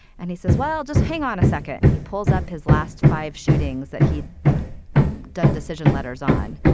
and he says, well, just hang on a second. and he pulls up his last five shootings that he'd done decision letters on.